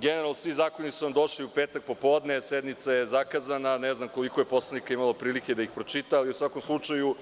Generalno, svi su nam zakoni došli u petak popodne, sednica je zakazana, ne znam koliko je poslanika imalo prilike da ih pročita, ali u svakom slučaju,